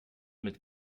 mit